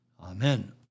Amen